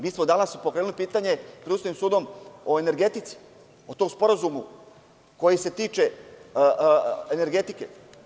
Mi smo danas pokrenuli pitanje pred Ustavnim sudom o energetici, o tom sporazumu koji se tiče energetike.